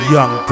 Young